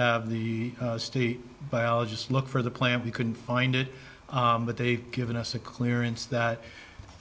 have the state biologist look for the plant we couldn't find it but they've given us a clearance that